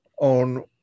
on